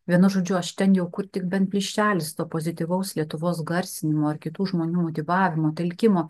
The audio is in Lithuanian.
vienu žodžiu aš ten jau kur tik bent plyšelis to pozityvaus lietuvos garsinimo ar kitų žmonių motyvavimo telkimo